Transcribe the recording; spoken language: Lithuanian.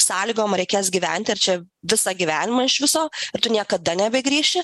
sąlygom reikės gyventi ar čia visą gyvenimą iš viso tu niekada nebegrįši